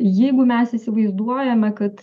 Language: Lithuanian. jeigu mes įsivaizduojame kad